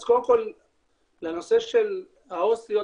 אז קודם כל לנושא של העו"סיות,